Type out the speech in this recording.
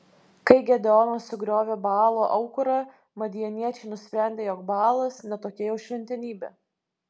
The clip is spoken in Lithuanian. kai gedeonas sugriovė baalo aukurą madianiečiai nusprendė jog baalas ne tokia jau šventenybė